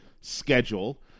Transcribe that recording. schedule